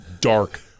dark